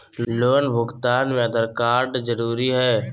Loan भुगतान में Aadhaar card जरूरी है?